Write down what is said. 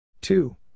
Two